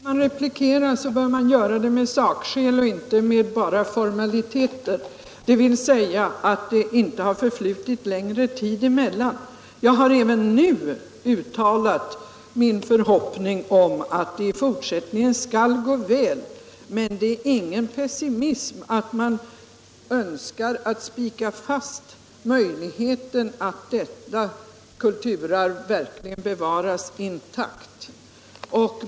Herr talman! Skall man replikera bör man göra det med sakskäl och inte bara med formaliteter, dvs. att det inte förflutit längre tid mellan de båda motionerna. Jag har även nu uttalat min förhoppning om att det i fortsättningen skall gå väl. Men det är ingen pessimism att man önskar spika fast förutsättningen för att detta kulturarv verkligen bevaras intakt.